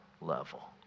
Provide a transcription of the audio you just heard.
level